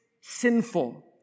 sinful